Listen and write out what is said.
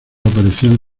aparecían